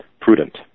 prudent